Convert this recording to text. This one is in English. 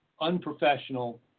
unprofessional